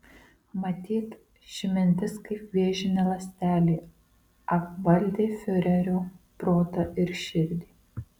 matyt ši mintis kaip vėžinė ląstelė apvaldė fiurerio protą ir širdį